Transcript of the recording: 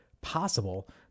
possible